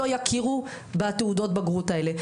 האוניברסיטאות לא יכירו בתעודות הבגרות האלה.